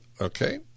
Okay